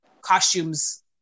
costumes